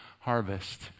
harvest